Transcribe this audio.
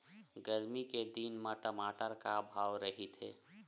गरमी के दिन म टमाटर का भाव रहिथे?